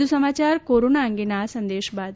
વધુ સમાચાર કોરોના અંગેના આ સંદેશ બાદ